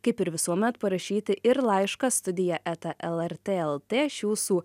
kaip ir visuomet parašyti ir laišką studija eta lrt lt aš jūsų